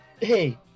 hey